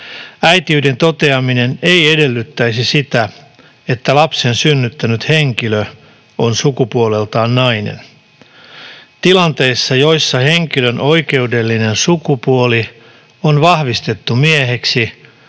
”Äitiyden toteaminen ei edellyttäisi sitä, että lapsen synnyttänyt henkilö on sukupuoleltaan nainen. Tilanteissa, joissa henkilön oikeudellinen sukupuoli on vahvistettu mieheksi,